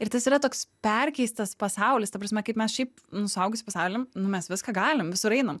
ir tas yra toks perkeistas pasaulis ta prasme kaip mes šiaip nu suaugusių pasauly nu mes viską galim visur einam